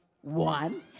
one